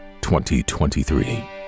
2023